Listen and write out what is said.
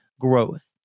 growth